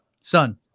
Son